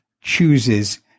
chooses